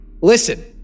Listen